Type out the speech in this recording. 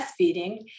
breastfeeding